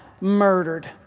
murdered